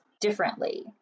differently